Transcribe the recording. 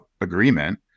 agreement